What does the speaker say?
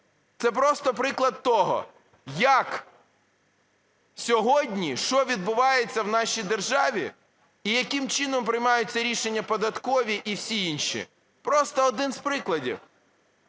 це просто приклад того, як сьогодні, що відбувається в нашій державі і яким чином приймаються рішення податкові і всі інші. Просто один з прикладів: